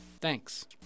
Thanks